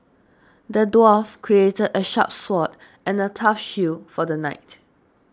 the dwarf crafted a sharp sword and a tough shield for the knight